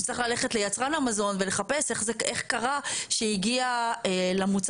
הוא צריך ללכת ליצרן המזון ולחפש איך קרה שהגיע למוצר